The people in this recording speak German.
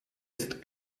ist